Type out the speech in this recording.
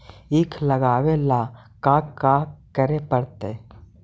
ईख लगावे ला का का करे पड़तैई?